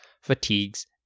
fatigues